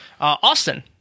Austin